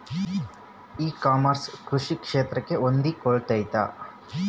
E commerce ಕೃಷಿ ಕ್ಷೇತ್ರಕ್ಕೆ ಹೊಂದಿಕೊಳ್ತೈತಾ?